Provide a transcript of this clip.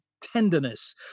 Tenderness